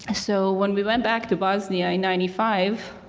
so when we went back to bosnia in ninety five,